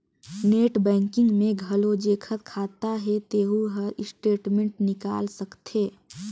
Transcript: net banking में घलो जेखर खाता हे तेहू हर स्टेटमेंट निकाल सकथे